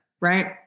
Right